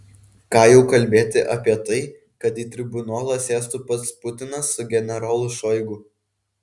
ką jau kalbėti apie tai kad į tribunolą sėstų pats putinas su generolu šoigu